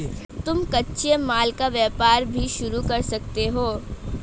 तुम कच्चे माल का व्यापार भी शुरू कर सकते हो